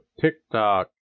TikTok